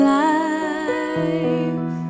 life